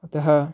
अतः